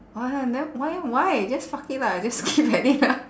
!walao! then why why just fuck it lah just keep at it ah